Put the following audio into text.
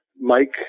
Mike